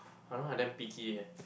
I know I damn picky eh